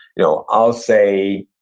you know i'll say